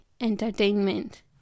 entertainment